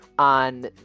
on